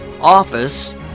office